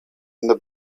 the